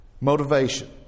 motivation